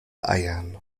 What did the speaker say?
eiern